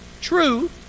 true